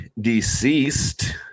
deceased